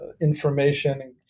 information